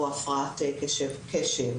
או הפרעת קשב,